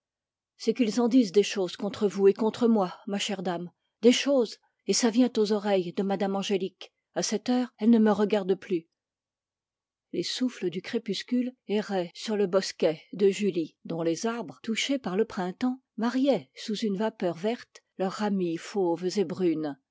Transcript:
c'est qu'ils en disent des choses contre vous et contre moi ma chère dame et ça vient aux oreilles de mme angélique à cette heure elle ne me regarde plus les souffles du crépuscule erraient sur le bosquet de julie dont les arbres touchés par le printemps mariaient sous une vapeur verte leurs ramilles fauves et brunes